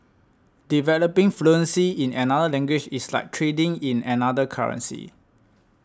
developing fluency in another language is like trading in another currency